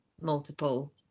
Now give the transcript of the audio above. multiple